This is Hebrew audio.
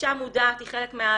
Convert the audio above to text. האישה מודעת, היא חלק מההליך,